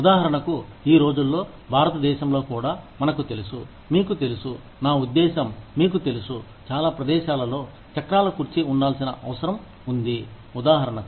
ఉదాహరణకు ఈ రోజుల్లో భారతదేశంలో కూడా మనకు తెలుసు మీకు తెలుసు నా ఉద్దేశం మీకు తెలుసు చాలా ప్రదేశాలలో చక్రాల కుర్చీ ఉండాల్సిన అవసరం ఉంది ఉదాహరణకు